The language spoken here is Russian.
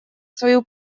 свою